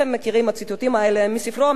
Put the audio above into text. הציטוטים האלה הם מספרו המפורסם של